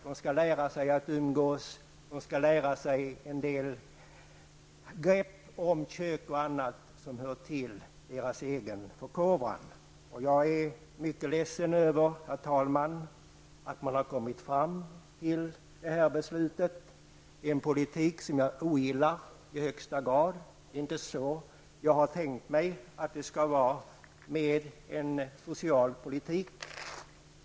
De skall lära sig att umgås, träna in handgrepp och annat i köket, sådant som hör till deras egen förkovran. Jag är, herr talman, mycket ledsen över att man har kommit till det här beslutet. Det är en politik som jag i högsta grad ogillar. Det är inte så som jag har tänkt mig att det skall vara med en social politik.